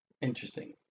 Interesting